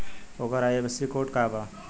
ओकर IFSC code का बा?